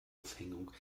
aufhängung